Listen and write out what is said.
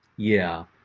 yeah.